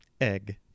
Egg